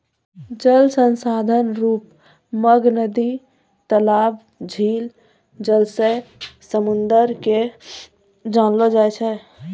जल संसाधन रुप मग नदी, तलाब, झील, जलासय, समुन्द के जानलो जाय छै